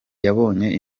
yabonye